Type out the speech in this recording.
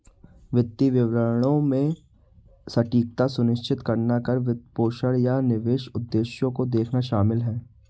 वित्तीय विवरणों में सटीकता सुनिश्चित करना कर, वित्तपोषण, या निवेश उद्देश्यों को देखना शामिल हैं